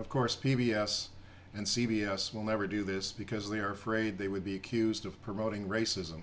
of course p b s and c b s will never do this because they are afraid they would be accused of promoting racism